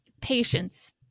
patience